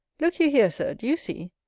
look you here, sir, do you see?